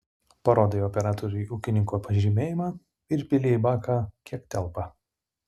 parodai operatoriui ūkininko pažymėjimą ir pili į baką kiek telpa